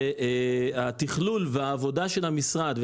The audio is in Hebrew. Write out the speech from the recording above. התכלול והעבודה של המשרד,